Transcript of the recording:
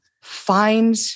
find